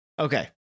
Okay